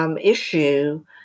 Issue